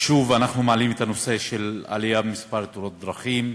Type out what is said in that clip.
שוב אנחנו מעלים את הנושא של עלייה במספר תאונות הדרכים,